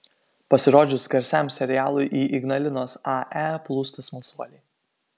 pasirodžius garsiam serialui į ignalinos ae plūsta smalsuoliai